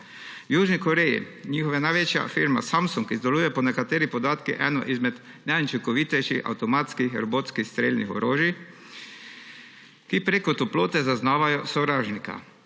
V Južni Koreji njihova največja firma Samsung izdeluje po nekaterih podatkih eno izmed najučinkovitejših avtomatskih robotskih strelnih orožij, ki preko toplote zaznavajo sovražnika.